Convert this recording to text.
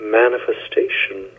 manifestation